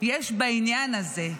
יש בעניין הזה.